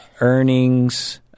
Earnings